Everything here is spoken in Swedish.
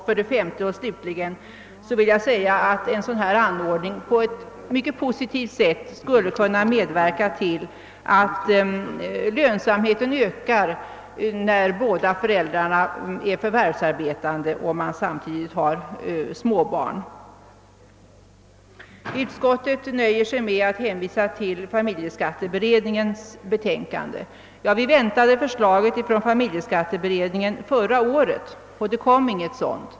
För det femte och slutligen vill jag säga att en sådan anordning på ett mycket positivt sätt skulle kunna medverka till att lönsamheten ökar när båda föräldrarna är förvärvsarbetande och man samtidigt har småbarn. Utskottet nöjer sig med att hänvisa till familjeskatteberedningens betänkande. Ja, vi väntade förslaget från familjeskatteberedningen förra året, men det kom inget sådant.